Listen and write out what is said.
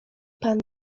pan